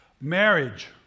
marriage